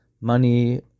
money